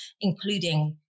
including